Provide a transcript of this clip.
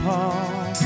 Paul